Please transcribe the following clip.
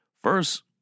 First